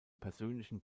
persönlichen